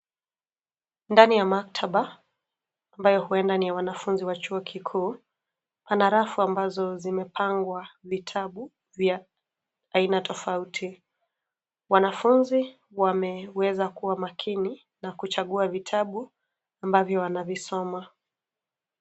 Ndani ya maktaba ambayo huenda ni ya wanafunzi wa chuo kikuu, pana rafu ambazo zimepangwa vitabu vya aina tofauti. Wanafunzi wameweza kuwa makini na kuchagua vitabu ambayo wanavisoma.